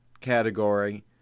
category